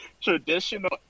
traditional